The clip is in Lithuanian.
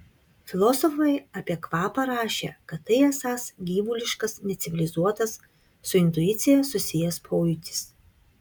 filosofai apie kvapą rašė kad tai esąs gyvuliškas necivilizuotas su intuicija susijęs pojūtis